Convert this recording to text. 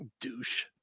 Douche